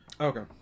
Okay